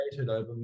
over